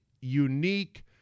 unique